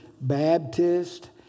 Baptist